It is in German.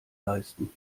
leisten